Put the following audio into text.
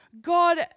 God